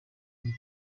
uri